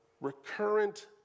recurrent